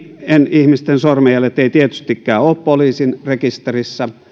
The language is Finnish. ihmisten sormenjäljet eivät tietystikään ole poliisin rekisterissä